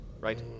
right